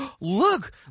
look